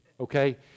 okay